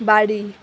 বাড়ি